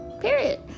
Period